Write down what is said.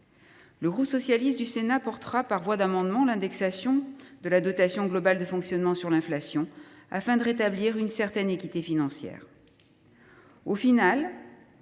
Le groupe socialiste du Sénat défendra par voie d’amendement l’indexation de la dotation globale de fonctionnement sur l’inflation, afin de rétablir une certaine équité financière.